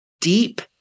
deep